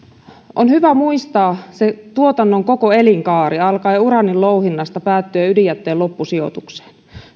on hyvä muistaa se tuotannon koko elinkaari alkaen uraanin louhinnasta päättyen ydinjätteen loppusijoitukseen